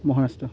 Maharashtra